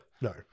No